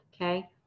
okay